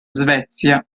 svezia